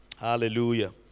Hallelujah